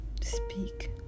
speak